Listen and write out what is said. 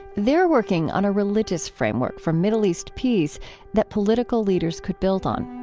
they're working on a religious framework for middle east peace that political leaders could build on.